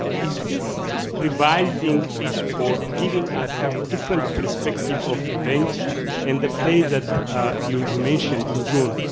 is this revising or giving us different perspective of revenge in the plays that you you mention in june.